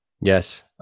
Yes